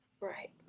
Right